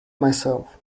myself